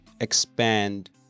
expand